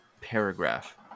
paragraph